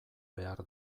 behar